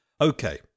Okay